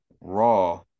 Raw